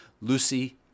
Lucy